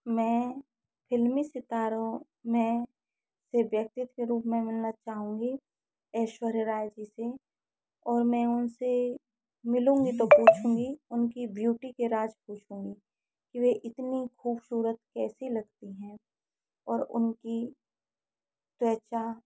मैं फिल्मी सितारों में से व्यक्तित्व के रूप में मिलना चाहूँगी ऐश्वर्या राय जी से और मैं उनसे मिलूँगी तो पूछूँगी उनकी ब्यूटी के राज पूछूँगी कि वे इतनी खूबसूरत कैसी लगती हैं और उनकी त्वचा